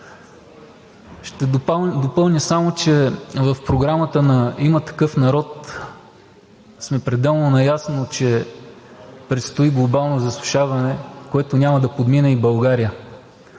Ще допълня само, че в програмата на „Има такъв народ“ сме пределно наясно, че предстои глобално засушаване, което няма да подмине и България.